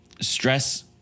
stress